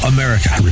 America